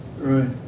Right